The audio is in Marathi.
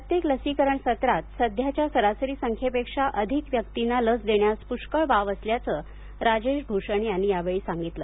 प्रत्येक लसीकरण सत्रात सध्याच्या सरासरी संख्येपेक्षा अधिक व्यक्तींना लस देण्यास पुष्कळ वाव असल्याचं राजेश भूषण यांनी यावेळी सांगितलं